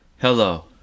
hello